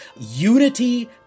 Unity